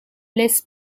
laisse